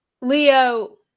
leo